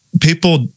people